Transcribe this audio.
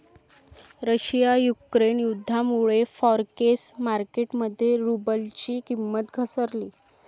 Russia Ukraine युद्धामुळे forex market मध्ये रुबलची किंमत घसरली